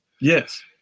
Yes